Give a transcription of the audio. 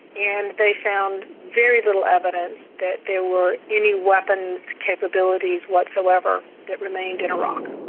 and they found very little evidence that there were any weapons capabilities whatsoever that remained in iraq.